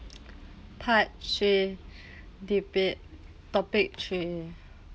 part three debate topic three